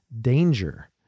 danger